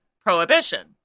Prohibition